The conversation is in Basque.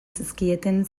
zizkieten